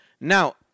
Now